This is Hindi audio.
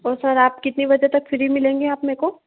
तो सर आप कितने बजे तक फ्री मिलेंगे आप मेरे को